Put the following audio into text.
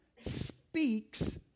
speaks